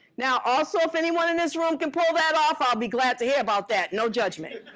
now, also, if anyone in this room can pull that off, i'll be glad to hear about that. no judgment,